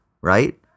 right